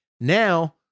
Now